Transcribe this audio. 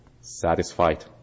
satisfied